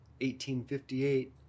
1858